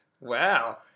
Wow